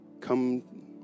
come